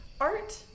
Art